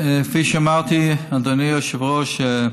כפי שאמרתי, אדוני היושב-ראש,